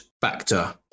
factor